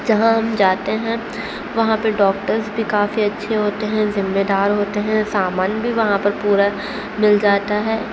جہاں ہم جاتے ہیں وہاں پہ ڈاکٹرس بھی کافی اچھے ہوتے ہیں ذمہ دار ہوتے ہیں سامان بھی وہاں پر پورا مل جاتا ہے